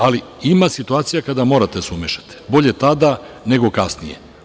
Ali, ima situacija kada morate da se umešate, bolje tada nego kasnije.